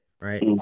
right